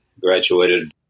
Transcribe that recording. graduated